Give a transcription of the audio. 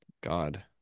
god